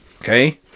Okay